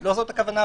לא זאת הכוונה.